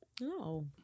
No